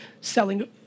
selling